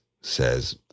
says